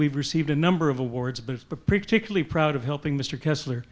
we've received a number of awards but particularly proud of helping mr kessler